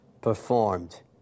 performed